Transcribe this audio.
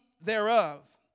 thereof